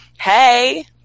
Hey